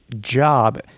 job